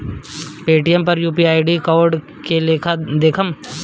Paytm UPI यू.पी.आई कोड के लेखा देखम?